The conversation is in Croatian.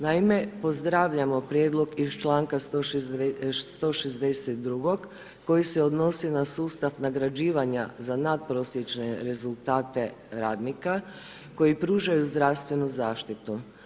Naime, pozdravljamo prijedlog iz čl. 162. koji se odnosi na sustav nagrađivanja za natprosječne rezultate radnika koji pružaju zdravstvenu zaštitu.